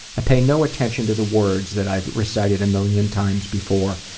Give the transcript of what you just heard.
i pay no attention to the words that i've recited a million times before,